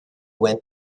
went